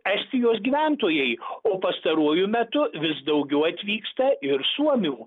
estijos gyventojai o pastaruoju metu vis daugiau atvyksta ir suomių